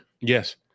Yes